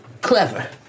Clever